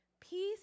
Peace